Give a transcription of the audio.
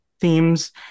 themes